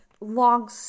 long